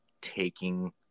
taking